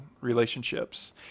relationships